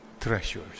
treasures